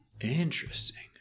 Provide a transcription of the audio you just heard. interesting